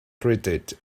greeted